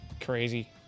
Crazy